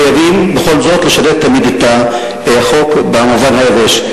חייבים בכל זאת לשרת תמיד את החוק, במובן היבש.